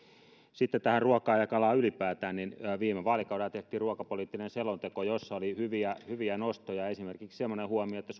sitten tähän ruokaan ja kalaan ylipäätään viime vaalikaudella tehtiin ruokapoliittinen selonteko jossa oli hyviä hyviä nostoja esimerkiksi semmoinen huomio että